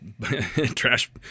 trash